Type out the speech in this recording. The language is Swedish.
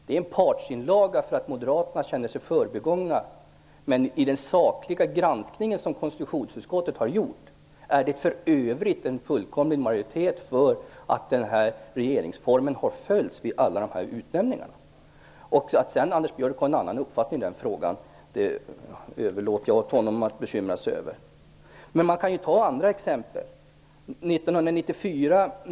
Det är en partsinlaga som beror på att moderaterna känner sig förbigångna, men i den sakliga granskning som konstitutionsutskottet har gjort finns det i övrigt en stor majoritet för att regeringsformens stadganden har följts vid alla dessa utnämningar. Att Anders Björck sedan har en annan uppfattning i den frågan överlåter jag åt honom att bekymra sig över. Man kan ta andra exempel.